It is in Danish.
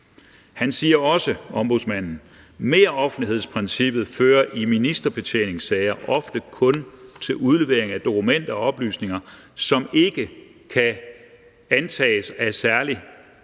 siger også: »Meroffentlighedsprincippet fører i ministerbetjeningssager ofte kun til udlevering af dokumenter og oplysninger, som ikke kan antages at have særlig